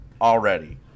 already